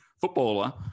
footballer